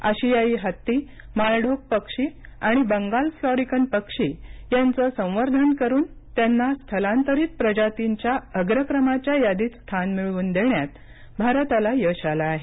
आशियाई हत्ती माळढोक पक्षी आणि बंगाल फ्लॉरिकन पक्षी यांचं संवर्धन करून त्यांना स्थलांतरित प्रजातींच्या अग्रक्रमाच्या यादीत स्थान मिळवून देण्यात भारताला यश आलं आहे